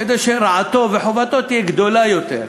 כדי שרעתו וחובתו יהיו גדולות יותר.